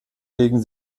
legen